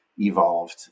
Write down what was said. evolved